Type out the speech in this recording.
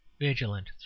vigilant